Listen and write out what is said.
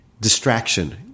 distraction